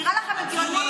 נראה לכם הגיוני?